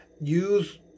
Use